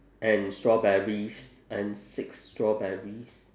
and strawberries and six strawberries